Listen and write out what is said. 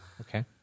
Okay